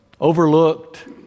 overlooked